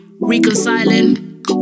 Reconciling